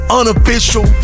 unofficial